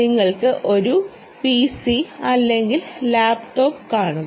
നിങ്ങൾക്ക് ഒരു പിസി അല്ലെങ്കിൽ ലാപ്ടോപ്പ് കാണും